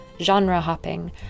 genre-hopping